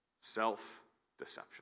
self-deception